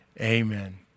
Amen